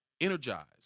energized